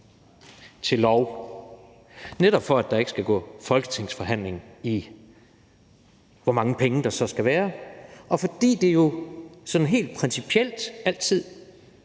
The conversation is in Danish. til lov, netop for at der ikke skal gå folketingsforhandling i, hvor mange penge der så skal være. Og fordi det jo sådan helt principielt helst